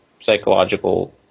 psychological